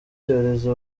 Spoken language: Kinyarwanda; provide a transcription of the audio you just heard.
cyorezo